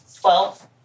twelve